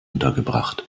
untergebracht